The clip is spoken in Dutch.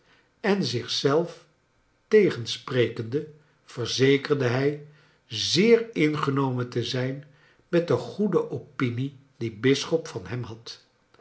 en zich zelf tegensprekende verzekerde hij zeer ingenomen te zijn met de goede opinie die bisschop van hem had